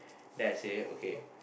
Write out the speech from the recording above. then I say okay